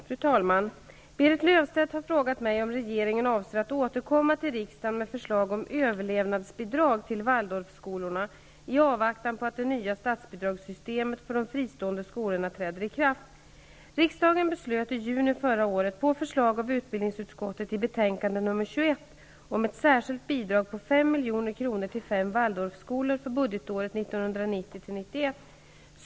Fru talman! Berit Löfstedt har frågat mig om regeringen avser att återkomma till riksdagen med förslag om ''överlevnadsbidrag'' till Riksdagen beslöt i juni förra året, på förslag av utbildningsutskottet i betänkande nr 21, om ett särskilt bidrag på 5 milj.kr. till fem Waldorfskolor för budgetåret 1990/91.